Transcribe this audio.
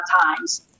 times